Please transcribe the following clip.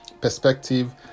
perspective